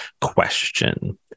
question